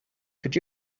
could